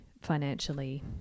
financially